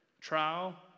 Trial